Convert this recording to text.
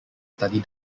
study